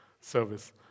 service